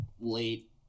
late